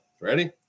Ready